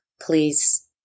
Please